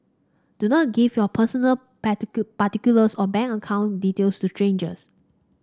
do not give your personal particulars or bank account details to strangers